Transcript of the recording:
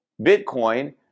Bitcoin